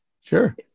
Sure